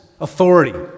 authority